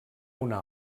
una